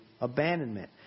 abandonment